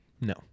No